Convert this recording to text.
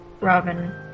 Robin